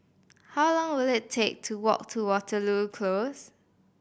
how long will it take to walk to Waterloo Close